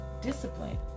discipline